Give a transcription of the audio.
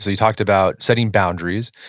ah you talked about setting boundaries.